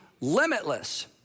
limitless